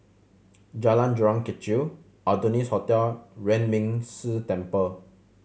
Jalan Jurong Kechil Adonis Hotel Yuan Ming Si Temple